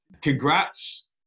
Congrats